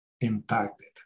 impacted